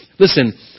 Listen